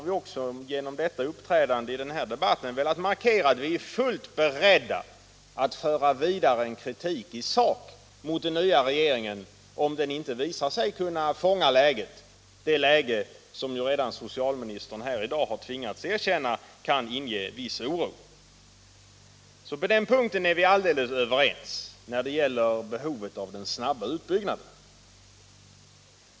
Vi är fullt beredda att föra denna kritik i sak vidare mot den nya regeringen om den inte visar sig kunna fånga läget, det läge som socialministern här i dag har tvingats erkänna kan inge en viss oro. När det gäller den snabba utbyggnaden är vi helt överens.